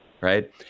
right